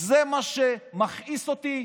זה מה שמכעיס אותי.